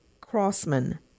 Crossman